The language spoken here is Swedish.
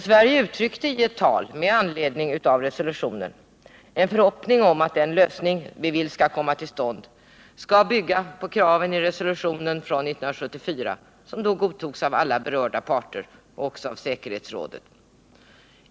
Sverige uttryckte i ett tal, med anledning av resolutionen, en förhoppning om att den lösning vi vill skall komma till stånd skall bygga på kraven i resolutionen från 1974, som då godtogs av alla berörda parter och också av säkerhetsrådet.